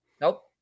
Nope